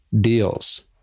deals